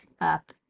up